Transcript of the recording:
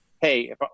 hey